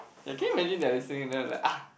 that can you imagine they are singing then it's like ah